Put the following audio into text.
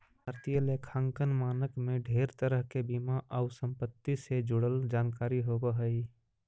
भारतीय लेखांकन मानक में ढेर तरह के बीमा आउ संपत्ति से जुड़ल जानकारी होब हई